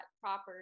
proper